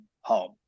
home